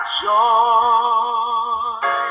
joy